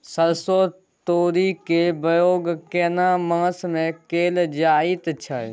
सरसो, तोरी के बौग केना मास में कैल जायत छै?